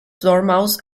dormouse